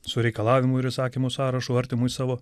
su reikalavimų ir įsakymų sąrašų artimui savo